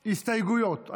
הסתייגויות.